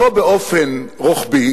לא באופן רוחבי